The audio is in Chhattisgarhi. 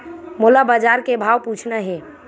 मोला बजार के भाव पूछना हे?